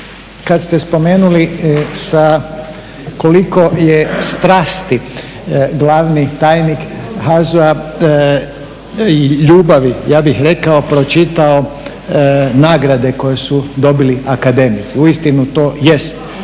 kad ste spomenuli sa koliko je strasti glavni tajnik HAZU-a ljubavi ja bih rekao pročitao nagrade koje su dobili akademici. Uistinu to jest